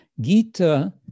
Gita